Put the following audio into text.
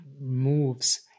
moves